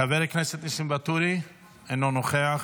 חבר הכנסת ניסים ואטורי, אינו נוכח.